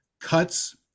cuts